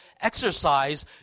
exercise